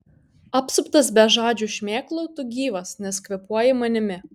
apsuptas bežadžių šmėklų tu gyvas nes kvėpuoji manimi